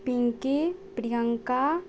Pinky Priyanka